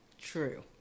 True